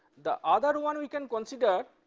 the other one we can consider,